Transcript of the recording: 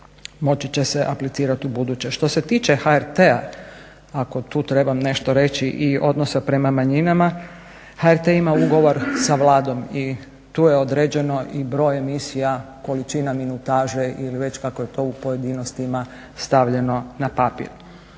moći će se aplicirati u buduće. Što se tiče HRT-a ako tu trebam nešto reći i odnosa prema manjinama HRT ima ugovor sa Vladom i tu je određeno i broj emisija, količina minutaže ili već kako je to u pojedinostima stavljeno na papir.